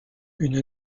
une